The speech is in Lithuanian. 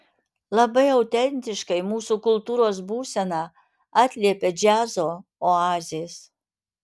labai autentiškai mūsų kultūros būseną atliepia džiazo oazės